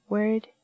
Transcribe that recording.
Word